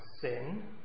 sin